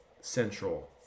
central